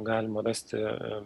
galima rasti